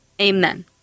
Amen